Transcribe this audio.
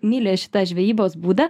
myli šitą žvejybos būdą